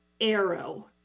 arrow